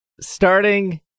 starting